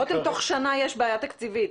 רותם, תוך שנה יש בעיה תקציבית.